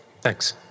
Thanks